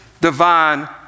divine